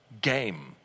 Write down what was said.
game